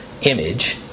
image